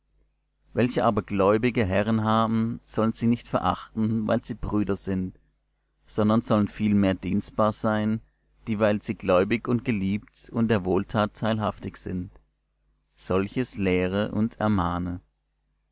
welche aber gläubige herren haben sollen sie nicht verachten weil sie brüder sind sondern sollen viel mehr dienstbar sein dieweil sie gläubig und geliebt und der wohltat teilhaftig sind solches lehre und ermahne